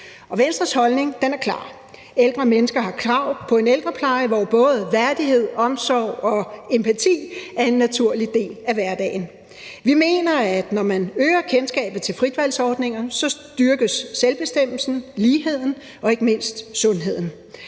Venstres holdning er klar: Ældre mennesker har krav på en ældrepleje, hvor både værdighed, omsorg og empati er en naturlig del af hverdagen. Vi mener, at når man øger kendskabet til fritvalgsordningen, så styrkes selvbestemmelsen, ligheden og ikke mindst sundheden.